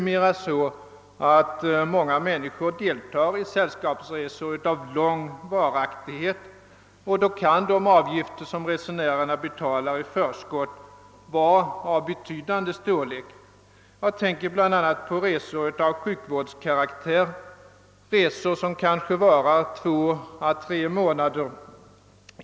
Många människor deltar numera i sällskapsresor av lång varaktighet, och de avgifter som resenärerna betalar i förskott kan vara av betydande storlek. Jag tänker bl.a. på resor av sjukvårdskaraktär, resor som kanske varar två å tre månader.